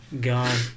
God